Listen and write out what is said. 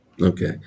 Okay